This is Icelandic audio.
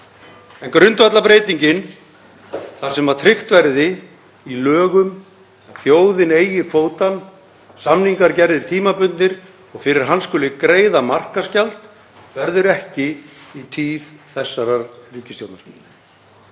En grundvallarbreytingin, þar sem tryggt verður í lögum að þjóðin eigi kvótann, samningar gerðir tímabundnir og fyrir hann skuli greiða markaðsgjald, verður ekki í tíð þessarar ríkisstjórnar.